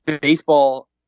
baseball